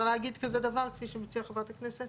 להגיד כזה דבר כפי שהציעה חברת הכנסת?